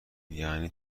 یعنی